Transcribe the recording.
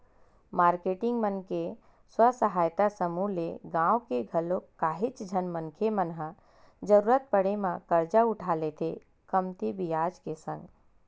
marketing मन के स्व सहायता समूह ले गाँव के घलोक काहेच झन मनखे मन ह जरुरत पड़े म करजा उठा लेथे कमती बियाज के संग